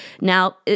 Now